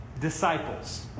disciples